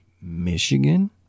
Michigan